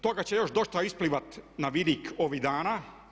Toga će još dosta isplivat na vidik ovih dana.